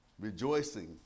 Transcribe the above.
rejoicing